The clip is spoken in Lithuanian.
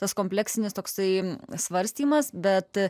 tas kompleksinis toksai svarstymas bet